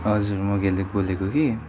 हजुर म घेलेक बोलेको कि